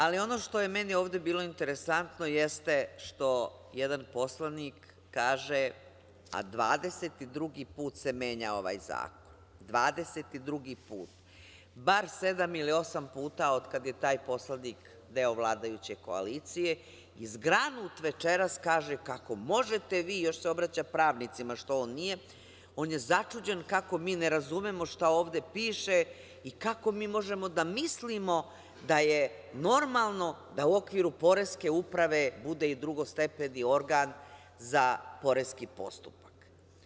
Ali, ono što je meni ovde bilo interesantno jeste što jedan poslanik kaže –22. put se menja ovaj zakon, 22. put, bar sedam ili osam puta otkada je taj poslanik deo vladajuće koalicije i zgranut večeras kaže – kako možete vi, još se obraća pravnicima, što on nije, on je začuđen kako mi ne razumemo šta ovde piše i kako mi možemo da mislimo da je normalno da u okviru poreske uprave bude i drugostepeni organ za poreski postupak.